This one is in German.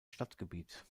stadtgebiet